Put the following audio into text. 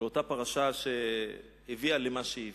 אותה פרשה שהביאה למה שהביאה.